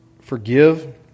forgive